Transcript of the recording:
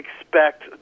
expect